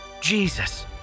Jesus